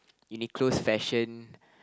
Uniqlo's fashion